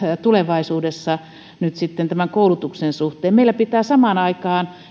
tulevaisuudessa nyt sitten tämän koulutuksen suhteen meillä pitää samaan aikaan